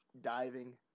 diving